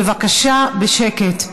בבקשה, בשקט.